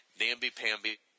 namby-pamby